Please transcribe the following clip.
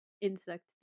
insect